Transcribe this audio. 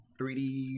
3d